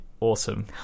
awesome